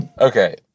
Okay